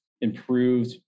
improved